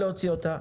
נא להוציא אותה.